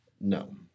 No